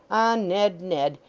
ned, ned,